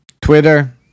Twitter